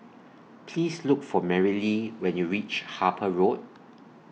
Please Look For Merrilee when YOU REACH Harper Road